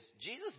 Jesus